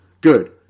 Good